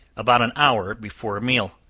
about an hour before a meal,